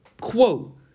quote